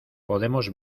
podemos